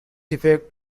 effect